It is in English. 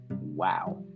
wow